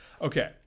Okay